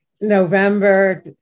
November